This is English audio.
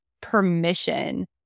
permission